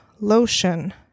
lotion